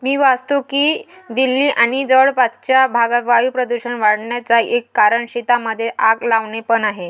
मी वाचतो की दिल्ली आणि जवळपासच्या भागात वायू प्रदूषण वाढन्याचा एक कारण शेतांमध्ये आग लावणे पण आहे